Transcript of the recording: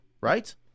right